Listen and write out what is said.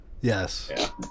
yes